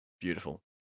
Beautiful